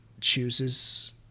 chooses